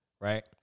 Right